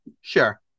Sure